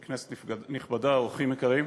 כנסת נכבדה, אורחים יקרים,